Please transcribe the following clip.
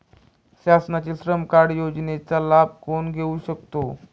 शासनाच्या श्रम कार्ड योजनेचा लाभ कोण कोण घेऊ शकतो?